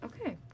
Okay